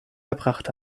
erbracht